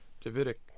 Davidic